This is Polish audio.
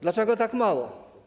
Dlaczego tak mało?